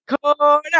Corner